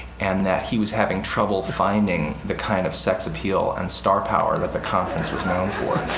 and that he was having trouble finding the kind of sex appeal and star power that the conference was known for.